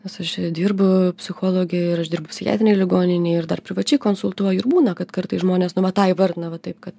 nes aš dirbu psichologe ir aš dirbu psichiatrinėj ligoninėj ir dar privačiai konsultuoju ir būna kad kartais žmonės nu va tą įvardina va taip kad